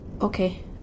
Okay